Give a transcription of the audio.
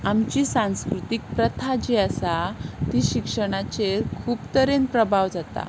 आमची सांस्कृतीक प्रथा जी आसा ती शिक्षणाचेर खूब तरेन प्रभाव जाता